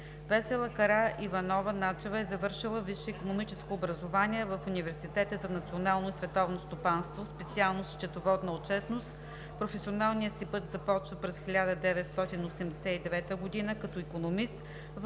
Весела Караиванова-Начева е завършила висше икономическо образование в Университета за национално и световно стопанство, специалност „Счетоводна отчетност“. Професионалния си път започва през 1989 г. като икономист.